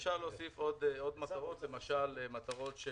אפשר להוסיף עוד מטרות שנמצאות